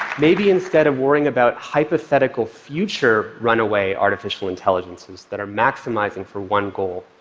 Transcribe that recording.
maybe instead of worrying about hypothetical future runaway artificial intelligences that are maximizing for one goal,